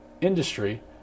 industry